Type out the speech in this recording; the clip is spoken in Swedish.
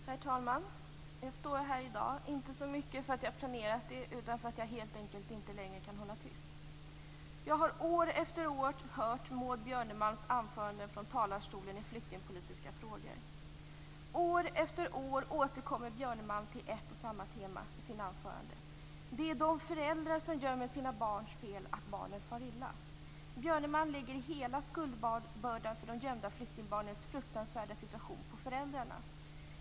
Herr talman! Jag står här i dag inte så mycket för att jag planerat det utan för att jag helt enkelt inte längre kan hålla tyst. Jag har år efter år hört Maud Björnemalms anföranden från talarstolen i flyktingpolitiska frågor. År efter år återkommer Björnemalm till ett och samma tema i sina anföranden: Det är de föräldrars som gömmer sina barn fel att barnen far illa. Björnemalm lägger hela skuldbördan för de gömda flyktingbarnens fruktansvärda situation på föräldrarna.